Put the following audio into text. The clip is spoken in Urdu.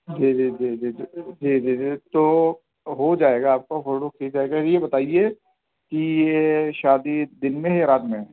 جی جی جی جی جی جی جی تو ہو جائے گا آپ کا فوٹو کھنچ جائے گا اور یہ بتائیے کہ یہ شادی دن میں ہے یا رات میں ہے